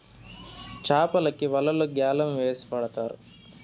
చాపలకి వలలు గ్యాలం వేసి పడతారు